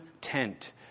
tent